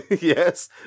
Yes